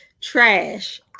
trash